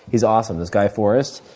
he's awesome, this guy forrest.